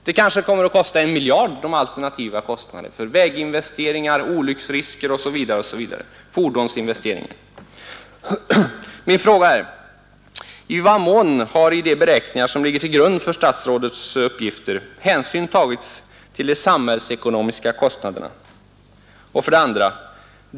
Och dessa alternativa kostnader för väginvesteringar, fordonsinvesteringar, olycksrisker osv. kommer kanske att gå upp till en miljard. Då frågar jag följande: 1. I vad mån har i de beräkningar som ligger till grund för statsrådets uppgifter hänsyn tagits till de samhällsekonomiska kostnaderna? 2.